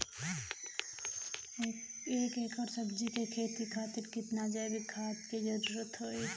एक एकड़ सब्जी के खेती खातिर कितना जैविक खाद के जरूरत होई?